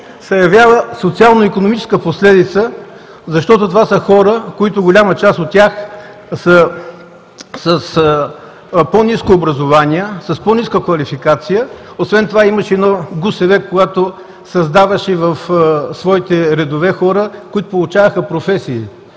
се явява социално-икономическа последица, защото това са хора, които, голяма част от тях, са с по-ниско образование, с по-ниска квалификация, освен това имаше ГУСВ, когато създаваше в своите редове хора, които получаваха професии